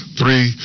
three